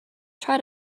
try